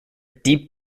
deep